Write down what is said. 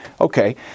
Okay